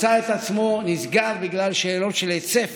מצא את עצמו נסגר, בגלל שאלות של היצף